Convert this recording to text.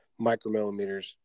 micromillimeters